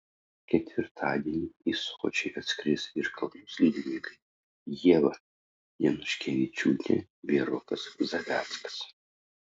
ketvirtadienį į sočį atskris ir kalnų slidininkai ieva januškevičiūtė bei rokas zaveckas